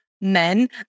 men